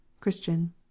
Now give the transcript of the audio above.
Christian